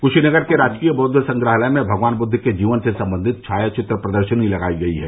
क्शीनगर के राजकीय बौद्ध संग्रहालय में भगवान बुद्द के जीवन से सम्बंधित छाया चित्र प्रदर्शनी लगायी गयी है